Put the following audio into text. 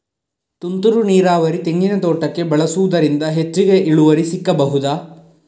ತುಂತುರು ನೀರಾವರಿ ತೆಂಗಿನ ತೋಟಕ್ಕೆ ಬಳಸುವುದರಿಂದ ಹೆಚ್ಚಿಗೆ ಇಳುವರಿ ಸಿಕ್ಕಬಹುದ?